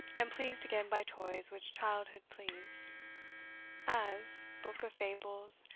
and pleased again by toys which childhood please as book of fables,